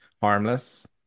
harmless